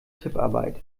tipparbeit